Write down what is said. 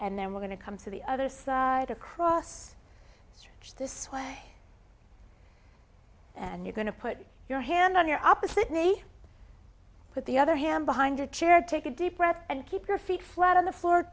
and then we're going to come to the other side across stretch this way and you're going to put your hand on your opposite maybe put the other hand behind a chair take a deep breath and keep your feet flat on the floor